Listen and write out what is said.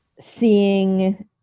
seeing